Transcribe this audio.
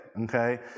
okay